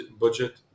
budget